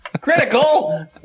Critical